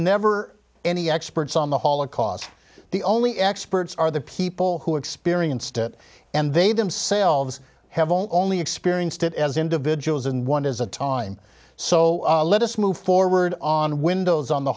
never any experts on the holocaust the only experts are the people who experienced it and they themselves have only experienced it as individuals and one is a time so let us move forward on windows on the